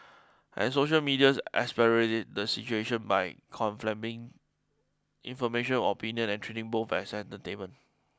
and social media exacerbates the situation by con flaming information opinion and treating both as entertainment